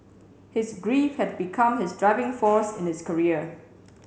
his grief had become his driving force in his career